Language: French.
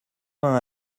vingt